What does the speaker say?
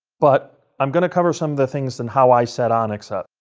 but i'm going to cover some of the things and how i set onyx up.